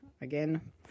Again